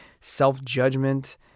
self-judgment